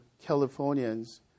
Californians